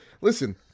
listen